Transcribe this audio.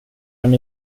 han